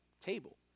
table